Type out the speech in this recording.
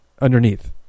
underneath